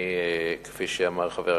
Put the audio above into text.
אני, כפי שאמר חבר הכנסת,